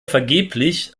vergeblich